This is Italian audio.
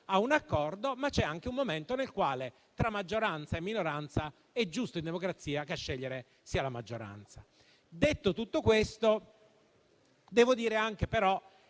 a un accordo, ma c'è anche un momento nel quale tra maggioranza e minoranza è giusto in democrazia che a scegliere sia la maggioranza. Detto tutto questo, devo dire anche però